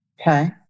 Okay